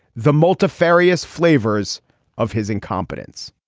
the multifarious flavors of his incompetence